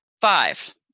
Five